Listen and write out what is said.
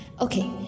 Okay